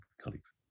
colleagues